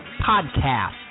Podcast